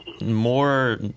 more